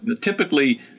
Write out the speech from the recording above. Typically